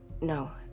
No